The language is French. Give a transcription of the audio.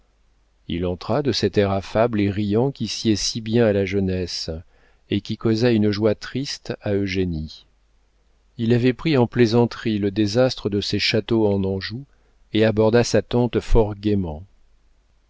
il entra de cet air affable et riant qui sied si bien à la jeunesse et qui causa une joie triste à eugénie il avait pris en plaisanterie le désastre de ses châteaux en anjou et aborda sa tante fort